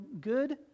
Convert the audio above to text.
good